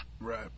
Right